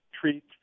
treat